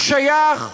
הוא שייך,